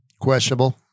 questionable